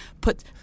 put